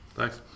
Thanks